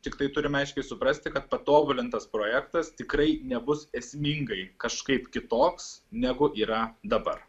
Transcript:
tiktai turime aiškiai suprasti kad patobulintas projektas tikrai nebus esmingai kažkaip kitoks negu yra dabar